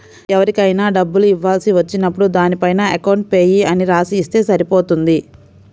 ఎవరికైనా డబ్బులు ఇవ్వాల్సి వచ్చినప్పుడు దానిపైన అకౌంట్ పేయీ అని రాసి ఇస్తే సరిపోతుంది